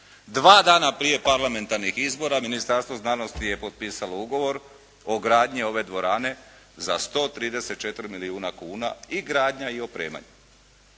Dva dana prije parlamentarnih izbora Ministarstvo znanosti je potpisalo ugovor o gradnji ove dvorane za 134 milijuna kuna i gradnja i opremanje.